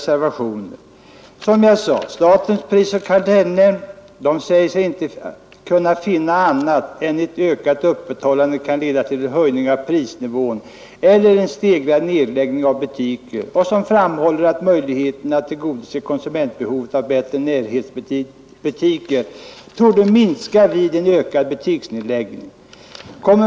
Statens prisoch kartellnämnd säger sig inte kunna finna annat än att ett ökat öppethållande kan leda till en höjning av prisnivån eller en stegrad nedläggning av butiker. Man framhåller att möjligheterna att tillgodose konsumentbehovet av bättre närhetsbutiker torde minska vid en ökad butiksnedläggning.